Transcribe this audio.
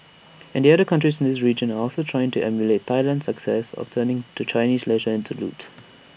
and other countries in the region are also trying to emulate Thailand's success of turning to Chinese leisure into loot